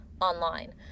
online